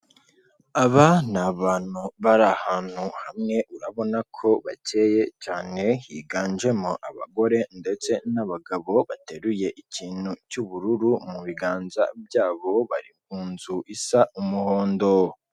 Aba ni abantu bari ahantu hamwe urabona ko bakeye cyane higanjemo abagore ndetse n'abagabo bateruye ikintu cy'ubururu mu biganza byabo bari mu nzu isa umuhondo.